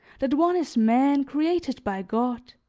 that one is man, created by god,